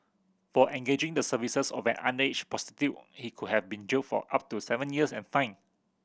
for engaging the services of an underage prostitute he could have been jailed for up to seven years and fined